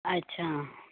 अच्छा